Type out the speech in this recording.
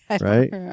right